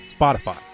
Spotify